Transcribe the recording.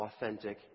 authentic